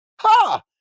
Ha